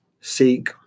seek